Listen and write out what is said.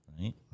right